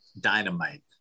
dynamite